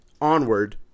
onward